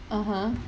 (uh huh)